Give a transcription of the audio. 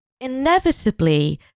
inevitably